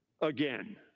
again